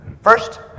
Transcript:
First